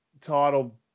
title